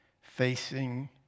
facing